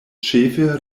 ĉefe